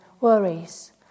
worries